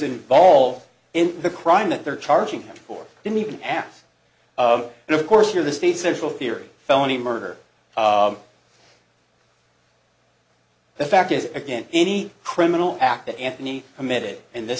involved in the crime that they're charging for didn't even ask of and of course you're the state's central theory felony murder the fact is again any criminal act that anthony committed and the